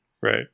Right